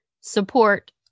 support